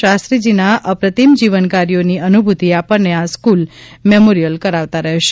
શાસ્ત્રીજીના અપ્રતિમ જીવન કાર્યોની અનૂભુતિ આપણને આ સ્કૂલ મેમોરિયલ કરાવતા રહેશે